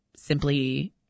simply